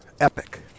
epic